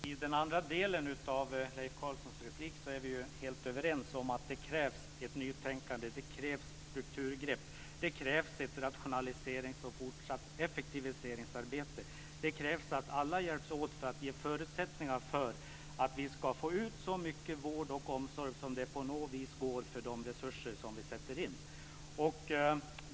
Fru talman! I den andra delen av Leif Carlsons replik är vi helt överens. Det krävs ett nytänkande. Det krävs strukturgrepp. Det krävs ett rationaliseringsarbete och ett fortsatt effektiviseringsarbete. Det krävs att alla hjälps åt för att ge förutsättningar för att vi ska få ut så mycket vård och omsorg som på något vis går för de resurser vi sätter in.